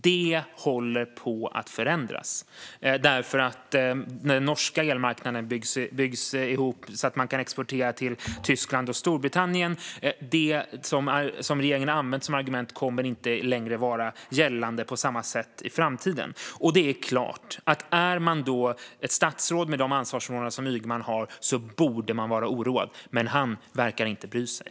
Detta håller på att förändras, därför att när den norska elmarknaden byggs ihop så att de kan exportera till Tyskland och Storbritannien kommer det som regeringen har använt som argument inte längre att gälla på samma sätt. Det är klart att ett statsråd med Ygemans ansvarsområden då borde vara oroat. Han verkar dock inte bry sig.